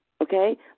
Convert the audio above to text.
Okay